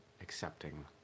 accepting